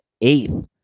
eighth